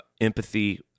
empathy